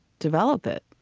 develop it.